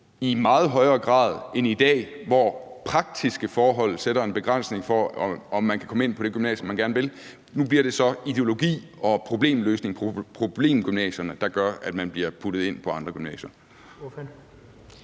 i meget højere grad end i dag, hvor praktiske forhold sætter en begrænsning for, om man kan komme ind på det gymnasium, man gerne vil ind på? Nu bliver det så ideologi og problemgymnasierne, der gør, at man bliver puttet ind på andre gymnasier.